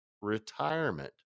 retirement